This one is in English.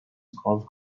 golf